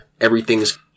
everything's